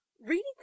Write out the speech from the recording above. reading